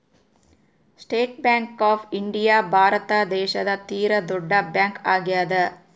state Bank of India Bharata ದೇಶದ ತೀರ ದೊಡ್ಡ ಬ್ಯಾಂಕ್ ಆಗ್ಯಾದ